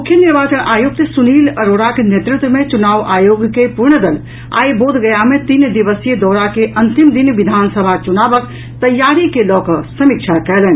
मुख्य निर्वाचन आयुक्त सुनील अरोड़ाक नेतृत्व मे चुनाव आयोग के पूर्ण दल आई बोधगया मे तीन दिवसीय दौरा के अंतिम दिन विधानसभा चुनावक तैयारी के लऽ कऽ समीक्षा कयलनि